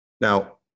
Now